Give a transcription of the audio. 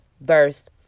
verse